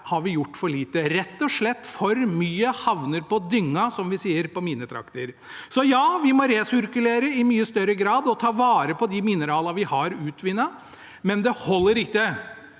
har gjort for lite. Rett og slett for mye havner på dynga, som de sier på mine trakter. Så ja, vi må resirkulere i mye større grad og ta vare på de mineralene vi har utvunnet, men det holder ikke.